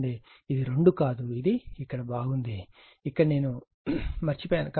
కాబట్టి ఇది 2 కాదు ఇది ఇక్కడ బాగా ఉంది ఇక్కడ నేను మరచిపోయాను